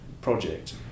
project